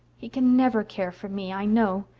he can never care for me, i know.